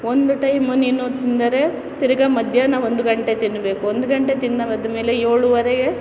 ಒಂದು ಟೈಮು ನೀನು ತಿಂದರೆ ತಿರ್ಗಾ ಮಧ್ಯಾಹ್ನ ಒಂದು ಗಂಟೆ ತಿನ್ನಬೇಕು ಒಂದು ಗಂಟೆ ತಿಂದ ಮದ್ಮೇಲೆ ಏಳುವರೆಗೆ